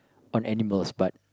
on animals but